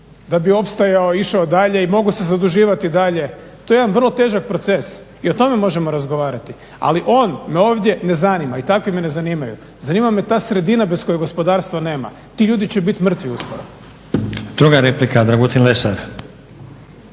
da bi opstajao i išao dalje i mogao se zaduživati dalje. To je jedan vrlo težak proces. I o tome možemo razgovarati, ali on me ovdje ne zanima i takvi me ne zanimaju. Zanima me ta sredina bez koje gospodarstvo nema. Ti ljudi će biti mrtvi uskoro.